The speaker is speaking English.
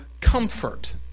comfort